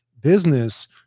business